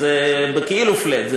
זה כאילו flat,